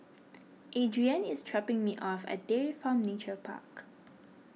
Adrienne is dropping me off at Dairy Farm Nature Park